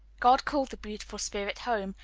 god called the beautiful spirit home,